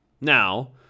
Now